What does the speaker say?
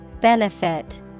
Benefit